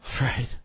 Right